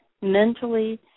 mentally